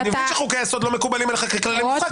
אני מבין שחוקי היסוד לא מקובלים עלייך ככללי משחק,